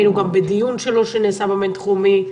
היינו גם בדיון שלו שנעשה בבין-תחומי,